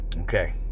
Okay